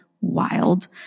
wild